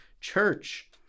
church